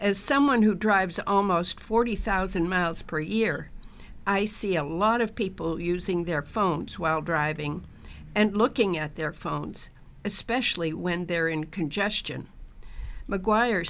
as someone who drives almost forty thousand miles per year i see a lot of people using their phones while driving and looking at their phones especially when they're in congestion maguire